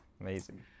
Amazing